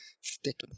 stick